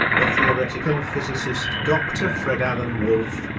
the theoretical physicist dr. fred alan wolf,